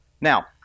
Now